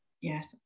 Yes